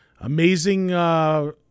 Amazing